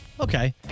Okay